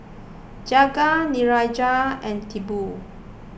Jagat Niraj and Tipu